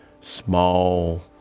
small